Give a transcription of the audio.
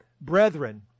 brethren